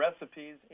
recipes